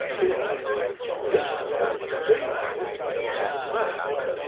thinking this won't do. i must go to work.